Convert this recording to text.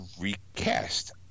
recast